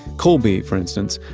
colby, for instance,